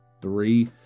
three